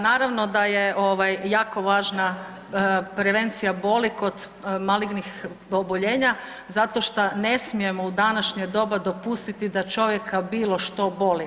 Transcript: Naravno da je jako važna prevencija boli kod malignih oboljenja, zato šta ne smijemo u današnje doba dopustiti da čovjeka bilo što boli.